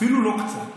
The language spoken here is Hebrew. אפילו לא קצת,